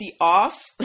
off